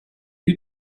you